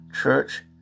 Church